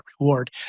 reward